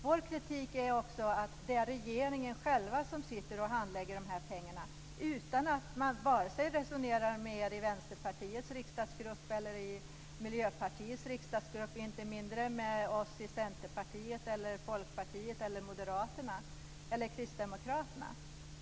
Vår kritik är också att det är regeringen själv som handlägger de här pengarna, utan att resonera med er i Vänsterpartiets riksdagsgrupp eller Miljöpartiets riksdagsgrupp, och än mindre med oss i Centerpartiet eller med Folkpartiet, Moderaterna och Kristdemokraterna.